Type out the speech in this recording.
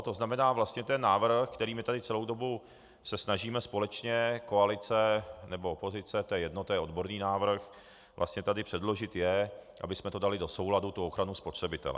To znamená, vlastně ten návrh, který tu celou dobu se snažíme společně, koalice nebo opozice, to je jedno, to je odborný návrh, vlastně tady předložit, je, abychom to dali do souladu, tu ochranu spotřebitele.